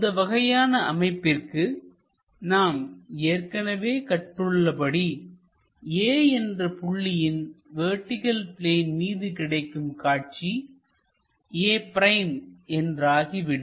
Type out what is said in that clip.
இந்த வகையான அமைப்பிற்கு நாம் ஏற்கனவே கற்று உள்ளபடி A என்ற புள்ளியின் வெர்டிகள் பிளேன் மீது கிடைக்கும் காட்சி a' என்றாகிவிடும்